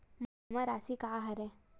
मोर जमा राशि का हरय?